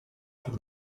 from